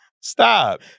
Stop